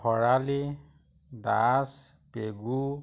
Bharali Das Pegu